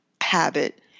habit